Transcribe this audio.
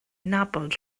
nabod